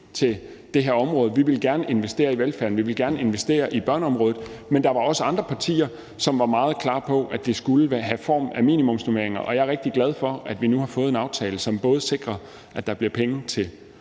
til det her område. Vi ville gerne investere i velfærden, vi ville gerne vil styrke børneområdet. Men der var også andre partier, som var meget klare på, at det da skulle have form af minimumsnormeringer. Og jeg er rigtig glad for, at vi nu har fået en aftale, som både sikrer, at der bliver penge til